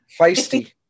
Feisty